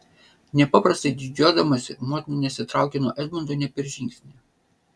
nepaprastai didžiuodamasi motina nesitraukė nuo edmundo nė per žingsnį